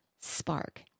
spark